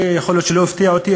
יכול להיות שזה לא הפתיע אותי,